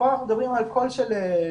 כאן אנחנו מדברים על קול של פעוטות,